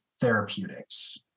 therapeutics